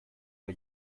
bei